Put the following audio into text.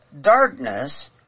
darkness